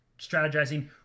strategizing